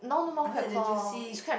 I like the juicy